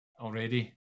already